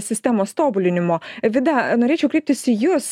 sistemos tobulinimo vida norėčiau kreiptis į jus